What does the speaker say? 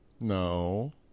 no